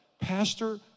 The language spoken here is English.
Pastor